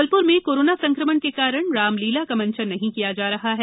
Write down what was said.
जबलपुर में कोरोना संक्रमण का कारण रामलीला का मंचन नहीं किया जा रहा है